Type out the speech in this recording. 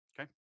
Okay